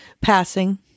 passing